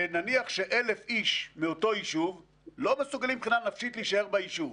ונניח שאלף איש מאותו יישוב לא מסוגלים מבחינה נפשית להישאר ביישוב,